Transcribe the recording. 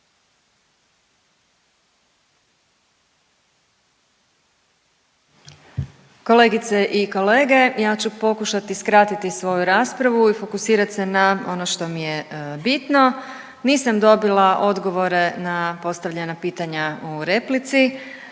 Kolegice i kolege, ja ću pokušati skratiti svoju raspravu i fokusirat se na ono što mi je bitno. Nisam dobila odgovore na postavljena pitanja u replici,